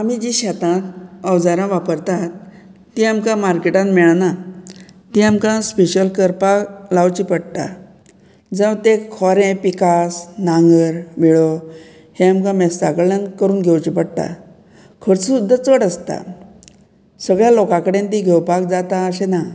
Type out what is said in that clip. आमी जीं शेतांत अवजारां वापरतात तीं आमकां मार्केटान मेळना तीं आमकां स्पेशल करपाक लावची पडटा जावं तें खोरें पिकास नांगर विळो हें आमकां मेस्ता कडल्यान करून घेवचें पडटा खर्च सुद्दां चड आसता सगळ्या लोकां कडेन ती घेवपाक जाता अशें ना